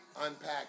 unpack